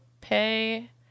pay